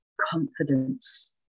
confidence